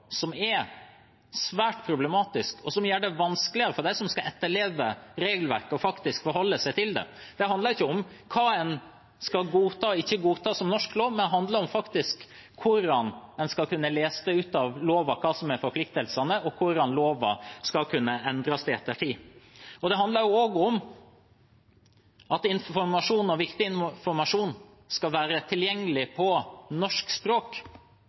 som er svært problematisk, og som gjør det vanskeligere for dem som skal etterleve regelverket, faktisk å forholde seg til det. Det handler ikke om hva en skal godta og ikke godta som norsk lov, men om hvordan en skal kunne lese av loven hva som er forpliktelsene, og hvordan loven skal kunne endres i ettertid. Det handler også om at informasjon, viktig informasjon, skal være tilgjengelig på norsk språk,